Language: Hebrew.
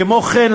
כמו כן,